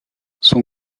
son